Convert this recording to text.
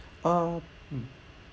err um